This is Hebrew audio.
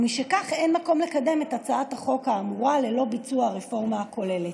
ומשכך אין מקום לקדם את הצעת החוק האמורה ללא ביצוע הרפורמה הכוללת.